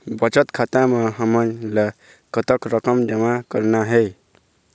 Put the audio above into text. बचत खाता म हमन ला कतक रकम जमा करना हे?